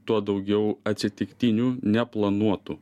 tuo daugiau atsitiktinių neplanuotų